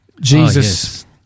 Jesus